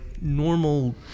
normal